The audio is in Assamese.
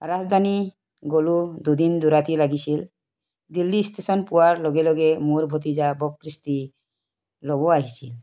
ৰাজধানী গ'লোঁ দুদিন দুৰাতি লাগিছিল দিল্লী ষ্টেচন পোৱাৰ লগে লগে মোৰ ভতিজা ল'ব আহিছিল